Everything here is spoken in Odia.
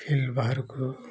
ଫିଲଡ଼୍ ବାହାରକୁ